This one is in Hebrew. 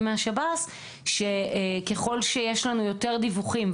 מהשב"ס שככל שיש לנו יותר דיווחים,